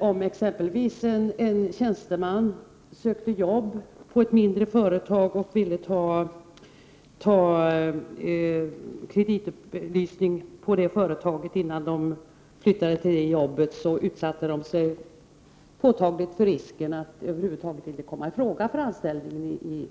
påpekade att en tjänsteman som söker jobb på ett mindre företag och vill ta kreditupplysning på det företaget innan han flyttar till jobbet utsätter sig för en påtaglig risk att över huvud taget inte komma i fråga för anställningen.